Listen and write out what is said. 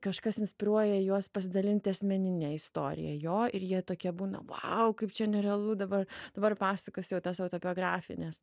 kažkas inspiruoja juos pasidalinti asmenine istorija jo ir jie tokie būna vau kaip čia nerealu dabar dabar pasakosiu jau tas autobiografines